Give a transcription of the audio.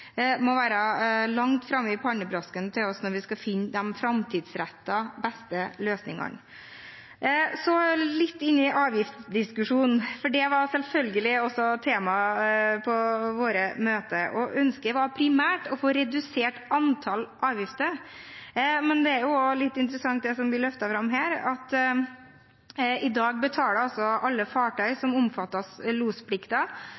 – må være langt framme i pannebrasken på oss når vi skal finne de framtidsrettede, beste løsningene. Så litt til avgiftsdiskusjonen. Det var selvfølgelig også tema på våre møter. Ønsket var primært å få redusert antallet avgifter. Men det er jo også litt interessant, det som blir løftet fram her, at i dag betaler alle fartøy